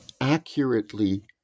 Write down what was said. accurately